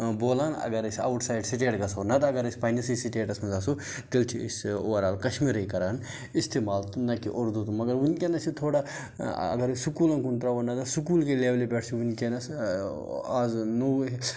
بولان اَگر أسۍ آوُٹ سایڈ سٹیٹ گژھو نَتہ اگر أسۍ پنٛنِسٕے سِٹیٹَس منٛز آسو تیٚلہِ چھِ أسۍ اوٚوَر آل کَشمیٖرٕے کَران اِستعمال تہٕ نہ کہِ اُردو تہٕ مگر وٕنۍکٮ۪نَس چھِ تھوڑا اگر أسۍ سکوٗلَن کُن ترٛاوَو نظر سکوٗل کہِ لٮ۪ولہِ پٮ۪ٹھ چھِ وٕنۍکٮ۪نَس آز نوٚو